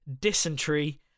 Dysentery